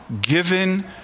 given